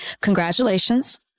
congratulations